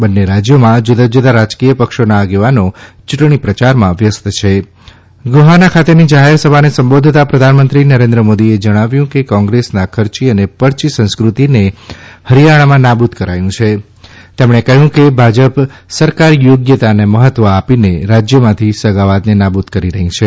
બન્ને રાજ્યોમાં જુદાં જુદાં રાજકીય પક્ષોના આગેવાનો યૂંટણી પ્રયારમાં વ્યસ્ત છે ગુહાના ખાતેની જાહેર સભાને સંબોધતા પ્રધનમંત્રી નરેન્દ્ર મોદીએ જણાવ્યું કે કોંગ્રેસના ખર્ચી અને પર્ચી સંસ્કૃતિને હરિયાણામાં નાબુદ કરાયું છે તેમણે કહ્યું કે ભાજપ સરકાર યોગ્યતાને મહત્વ આપીને રાજ્યમાથી સગાવાદને નાબુદ કરી રહી છે